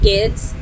Kids